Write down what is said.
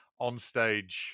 onstage